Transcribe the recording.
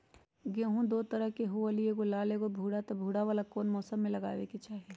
गेंहू दो तरह के होअ ली एगो लाल एगो भूरा त भूरा वाला कौन मौसम मे लगाबे के चाहि?